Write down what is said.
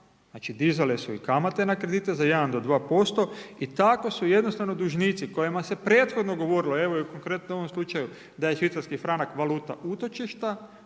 Znači dizale su i kamate na kredite, za 1-2% i tako su jednostavno dužnici kojima se prethodno govorilo, evo u konkretno ovom slučaju da je švicarski franak valuta utočišta,